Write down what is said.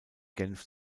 genf